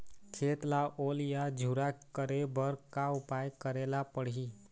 खेत ला ओल या झुरा करे बर का उपाय करेला पड़ही?